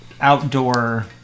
outdoor